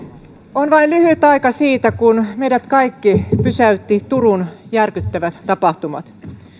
on vain lyhyt aika siitä kun meidät kaikki pysäyttivät turun järkyttävät tapahtumat